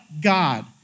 God